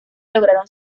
lograron